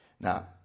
Now